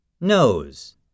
Nose